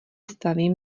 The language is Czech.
stavím